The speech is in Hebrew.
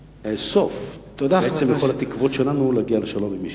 סוף בעצם לכל התקוות שלנו להגיע לשלום עם מישהו.